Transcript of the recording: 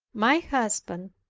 my husband,